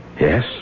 Yes